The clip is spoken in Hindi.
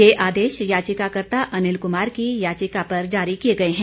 ये आदेश याचिकाकर्ता अनिल कुमार की याचिका पर जारी किए गए हैं